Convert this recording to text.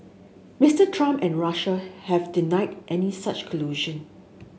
Mister Trump and Russia have denied any such collusion